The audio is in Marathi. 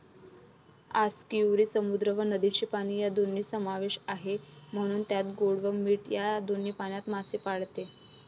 आस्कियुरी समुद्र व नदीचे पाणी या दोन्ही समावेश आहे, म्हणून त्यात गोड व मीठ या दोन्ही पाण्यात मासे पाळते